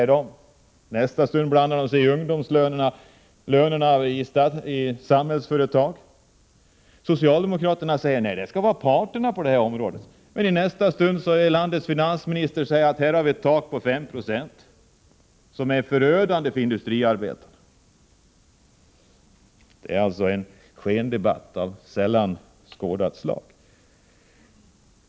I nästa stund blandar de sig i ungdomslönerna, lönerna i Samhällsföretag. Socialdemokraterna säger att parterna skall bestämma. Men i nästa stund säger landets finansminister att vi har ett tak på 5 Ze, vilket är förödande för industriarbetarna. Det är en skendebatt av sällan skådat slag.